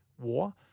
war